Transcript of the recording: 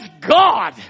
God